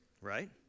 Right